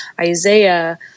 Isaiah